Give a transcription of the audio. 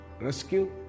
rescue